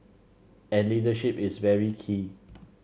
and leadership is very key